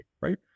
right